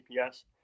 GPS